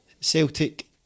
Celtic